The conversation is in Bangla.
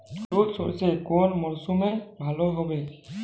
হলুদ সর্ষে কোন মরশুমে ভালো হবে?